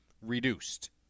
reduced